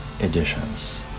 Editions